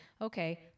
Okay